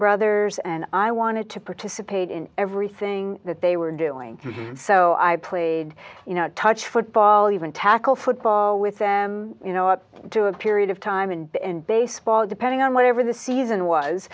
brothers and i wanted to participate in everything that they were doing so i played you know touch football even tackle football with them you know up to a period of time and in baseball depending on whatever the season was